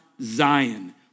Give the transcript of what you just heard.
Zion